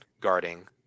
guarding